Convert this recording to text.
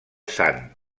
sant